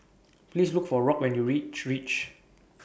Please Look For Rock when YOU REACH REACH REACH